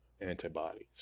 antibodies